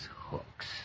hooks